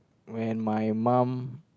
when my mum